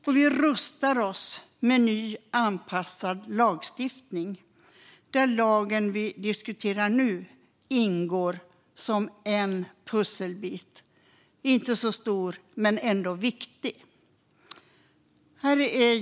Och vi rustar oss med ny anpassad lagstiftning, där lagen vi nu diskuterar ingår som en pusselbit - inte så stor men ändå viktig.